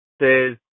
says